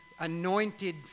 anointed